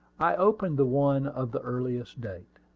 i opened the one of the earliest date.